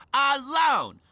alone.